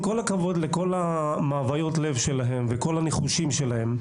עם כל הכבוד לכל מאוויי הלב שלהם ולכל המיחושים שלהם,